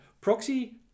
proxy